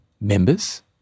members